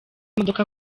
imodoka